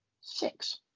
six